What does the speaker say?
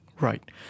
Right